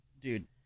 Dude